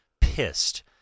pissed